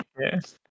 Yes